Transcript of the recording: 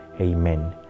Amen